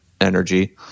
energy